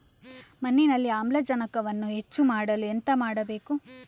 ಮಣ್ಣಿನಲ್ಲಿ ಆಮ್ಲಜನಕವನ್ನು ಹೆಚ್ಚು ಮಾಡಲು ಎಂತ ಮಾಡಬೇಕು?